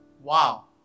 Wow